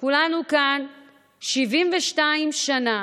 כולנו כאן 72 שנה,